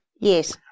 yes